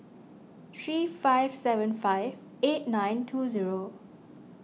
three five seven five eight nine two zero